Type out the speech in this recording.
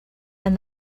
and